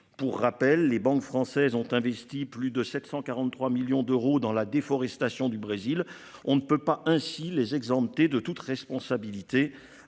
Pour rappel, les banques françaises ont investi plus de 743 millions d'euros dans la déforestation du Brésil, on ne peut pas ainsi les exempté de toute responsabilité.